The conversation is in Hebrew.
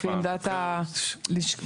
לפי עמדת --- עוד פעם.